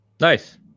Nice